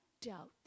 doubt